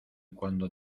cuando